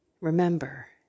remember